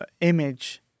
image